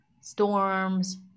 storms